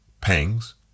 Pangs